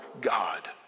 God